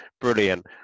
Brilliant